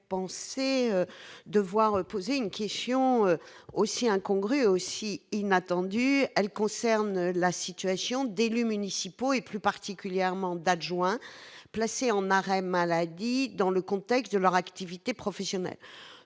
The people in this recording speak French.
devoir un jour poser une question aussi incongrue et inattendue. Celle-ci concerne la situation d'élus municipaux, et plus particulièrement d'adjoints au maire, placés en arrêt maladie dans le contexte de leur activité professionnelle.